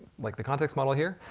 like the context model here,